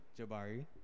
Jabari